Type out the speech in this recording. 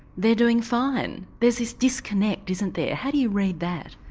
they're doing fine. there's this disconnect isn't there how do you read that?